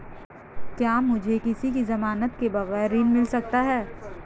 क्या मुझे किसी की ज़मानत के बगैर ऋण मिल सकता है?